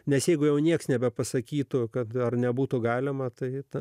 nes jeigu jau niekas nebepasakytų kad dar nebūtų galima turėti